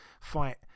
fight